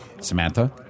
Samantha